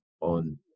on